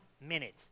minute